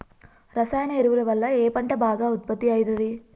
రసాయన ఎరువుల వల్ల ఏ పంట బాగా ఉత్పత్తి అయితది?